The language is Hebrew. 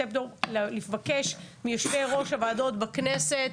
לבקש מיושבי ראש ועדות בכנסת,